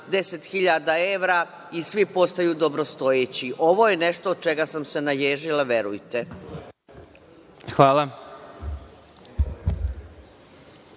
10.000 evra, i svi postaju dobrostojeći. Ovo je nešto od čega sam se naježila, verujte mi.